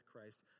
Christ